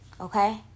okay